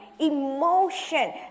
emotion